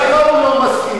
גם ככה הוא לא מסכים.